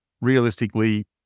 realistically